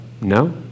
No